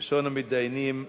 ראשונת המתדיינים,